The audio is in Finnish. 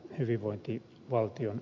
herra puhemies